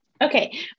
Okay